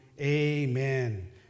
Amen